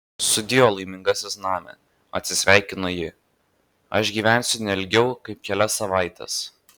sudieu laimingasis name atsisveikino ji aš gyvensiu ne ilgiau kaip kelias savaites